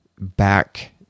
back